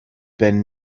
been